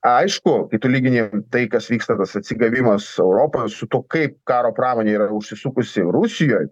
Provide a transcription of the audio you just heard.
aišku kai tu lygini tai kas vyksta tas atsigavimas europoje su tuo kaip karo pramonė yra užsisukusi rusijoj